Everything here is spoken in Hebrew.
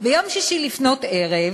ביום שישי לפנות ערב,